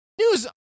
News